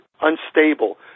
unstable